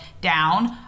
down